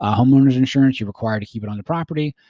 ah homeowners insurance, you're required to keep it on the property.